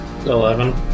Eleven